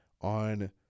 on